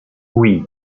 oui